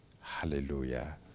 hallelujah